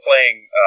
playing